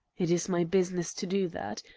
it is my business to do that.